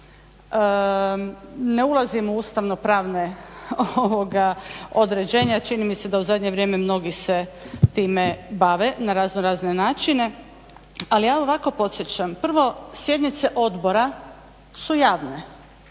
Ne ulazim u ustavno-pravna određenja. Čini mi se da u zadnje vrijeme mnogi se time bave na razno razne načine. Ali ja ovako podsjećam. Prvo sjednice odbora su javne.